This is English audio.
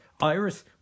Iris